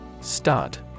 Start